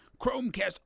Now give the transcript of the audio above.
Chromecast